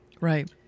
Right